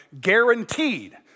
guaranteed